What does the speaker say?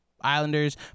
Islanders